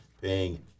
paying